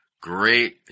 Great